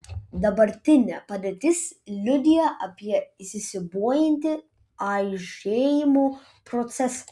dabartinė padėtis liudija apie įsisiūbuojantį aižėjimo procesą